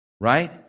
right